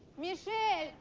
michel!